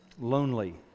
lonely